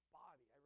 body